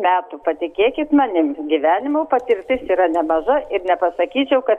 metų patikėkit manim gyvenimo patirtis yra nemaža ir nepasakyčiau kad